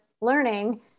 learning